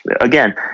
again